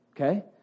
Okay